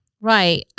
Right